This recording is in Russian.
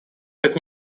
как